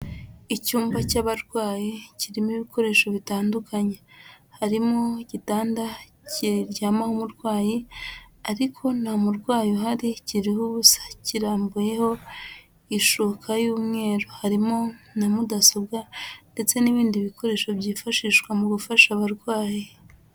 Icyumba cy'abarwayi kirimo ibikoresho bitandukanye harimo igitanda kiryama umurwayi ariko nta murwayi uhari kiho ubusa, kirambuyeho ishuka y'umweru harimo na mudasobwa ndetse n'ibindi bikoresho byifashishwa mu gufasha abarwayi.